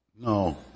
No